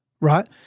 Right